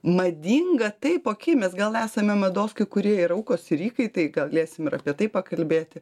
madinga taip okei mes gal esame mados kai kurie ir aukos ir įkaitai galėsim ir apie tai pakalbėti